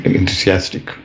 enthusiastic